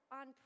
on